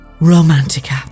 romantica